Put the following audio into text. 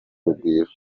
urugwiro